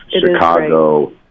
Chicago